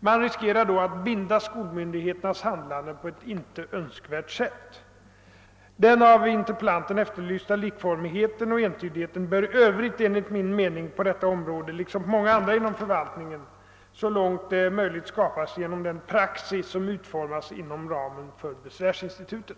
Man riskerar då att binda skolmyndigheternas handlande på ett inte önskvärt sätt. Den av interpellanten efterlysta likformigheten och entydigheten bör i övrigt enligt min mening på detta område, liksom på många andra inom förvaltningen, så långt det är möjligt skapas genom den praxis som utformas inom ramen för besvärsinstitutet.